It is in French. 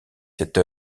cette